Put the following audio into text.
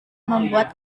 membuat